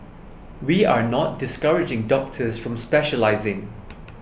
we are not discouraging doctors from specialising